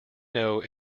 know